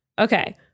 okay